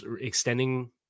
extending